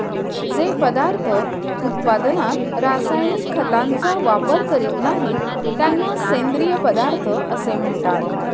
जे पदार्थ उत्पादनात रासायनिक खतांचा वापर करीत नाहीत, त्यांना सेंद्रिय पदार्थ असे म्हणतात